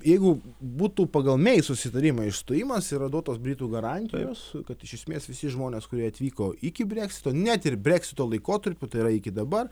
jeigu būtų pagal mei susitarimą išstojimas yra duotos britų garantijos kad iš esmės visi žmonės kurie atvyko iki breksito net ir breksito laikotarpiu tai yra iki dabar